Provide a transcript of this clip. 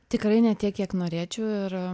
tikrai ne tiek kiek norėčiau ir